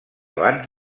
abans